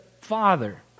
father